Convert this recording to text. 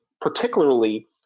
particularly